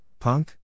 Punk